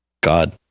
God